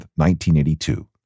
1982